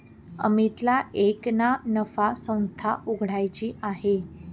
अमितला एक ना नफा संस्था उघड्याची आहे